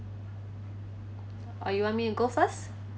or you want me to go first